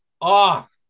off